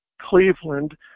Cleveland